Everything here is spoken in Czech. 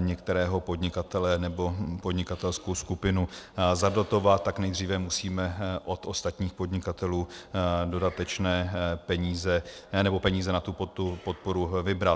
některého podnikatele nebo podnikatelskou skupinu zadotovat, tak nejdříve musíme od ostatních podnikatelů dodatečné peníze, nebo peníze na tu podporu vybrat.